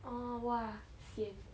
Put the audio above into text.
orh !wah! sian